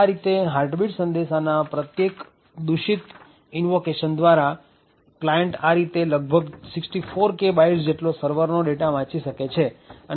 આ રીતે હાર્ટબીટ સંદેશાના પ્રત્યેક દૂષિત ઈનવોકેશન દ્વારા ક્લાયન્ટ આ રીતે લગભગ 64K બાઇટ્સ જેટલો સર્વરનો ડેટા વાંચી શકે છે